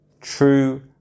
True